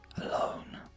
alone